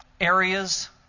areas